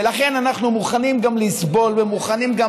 ולכן אנחנו מוכנים גם לסבול ומוכנים גם